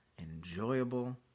enjoyable